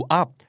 up